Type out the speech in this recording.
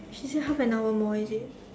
she say half an hour more is it